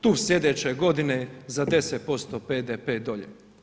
Tu sljedeće godine za 10% BDP dolje.